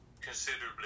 considerably